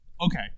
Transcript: Okay